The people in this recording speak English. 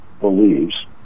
believes